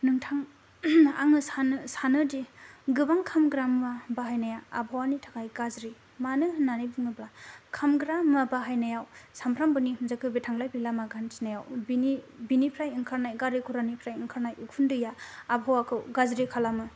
नोंथां आङो सानो दे गोबां खामग्रा मुवा बाहायनाया आ हावानि थाखाय गाज्रि मानो होन्नानै बुङोबा खामग्रा मुवा बाहायनायाव सामफ्रामबोनि जेखौ थांलाय फैलाय लामा हान्थिनायाव बेनि बेनि फ्राय अंखारनाय गारि घरानिफ्राय अंखारनाय उखुन्दैआ आब हावाखौ गाज्रि खालामो